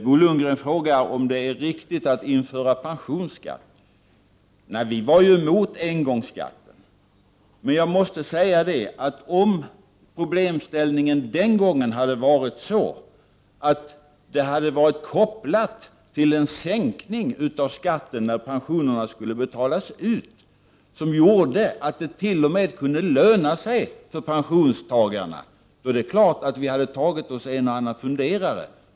Bo Lundgren frågade om det är riktigt att införa pensionsskatt. Vi var emot engångsskatten. Om problemställningen den gången hade varit formulerad så att det hade varit kopplat till en sänkning av skatten när pensionerna skall betalas ut, som gjorde att det t.o.m. kunde löna sig för pensionärerna, är det klart att vi hade tagit oss en och annan funderare.